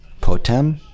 Potem